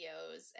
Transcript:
videos